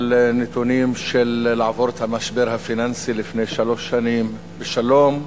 אחרי נתונים של לעבור את המשבר הפיננסי לפני שלוש שנים בשלום,